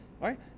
right